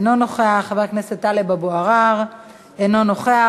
אינו נוכח, חבר הכנסת טלב אבו עראר, אינו נוכח,